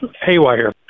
haywire